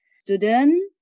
student